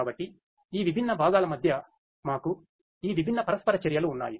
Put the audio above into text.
కాబట్టి ఈ విభిన్న భాగాల మధ్య మాకు ఈ విభిన్న పరస్పర చర్యలు ఉన్నాయి